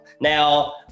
Now